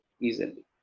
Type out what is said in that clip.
easily